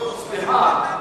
סליחה,